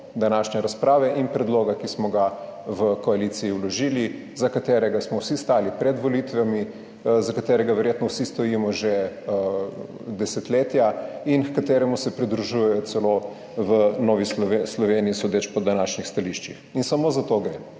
današnje razprave in predloga, ki smo ga vložili v koaliciji, za katerega smo vsi stali pred volitvami, za katerega verjetno vsi stojimo že desetletja in h kateremu se pridružujejo celo v Novi Sloveniji, sodeč po današnjih stališčih. Samo za to gre.